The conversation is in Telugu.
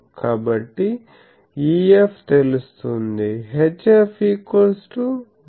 కాబట్టి EF తెలుస్తుంది